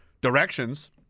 directions